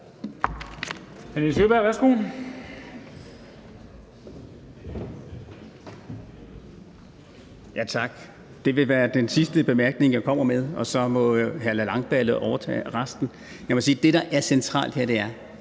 Det vil være den sidste bemærkning, jeg kommer med, og så må hr. Christian Langballe overtage det. Jeg må sige, at det, der er